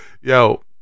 yo